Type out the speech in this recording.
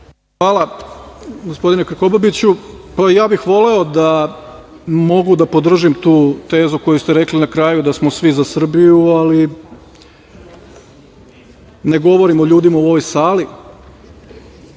Hvala, gospodine Krkobabiću. Voleo bih da mogu da podržim tu tezu koju ste rekli na kraju, da smo svi za Srbiju, ali ne govorim o ljudima u ovoj sali,